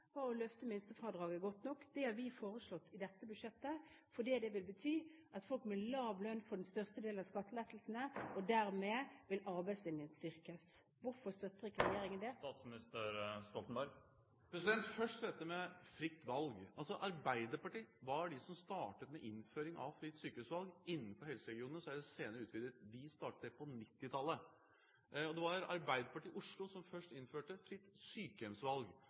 var å løfte minstefradraget nok. Det har vi foreslått i dette budsjettet, fordi det vil bety at folk med lav lønn får den største delen av skattelettelsene, og dermed vil arbeidslinjen styrkes . Hvorfor støtter ikke regjeringen det? Først til dette med fritt valg. Det var Arbeiderpartiet som startet med innføring av fritt sykehusvalg innenfor helseregionene. Så er det senere utvidet. Vi startet det på 1990-tallet. Det var Arbeiderpartiet i Oslo som først innførte fritt sykehjemsvalg,